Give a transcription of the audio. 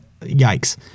Yikes